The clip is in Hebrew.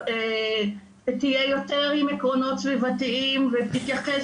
שתהיה יותר עם עקרונות סביבתיים ותתייחס